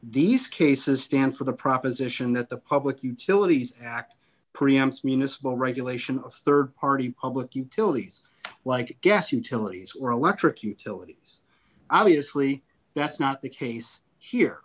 these cases stand for the proposition that the public utilities act pre amps minas by regulation of rd party public utilities like gas utilities or electric utilities obviously that's not the case here